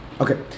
Okay